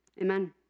amen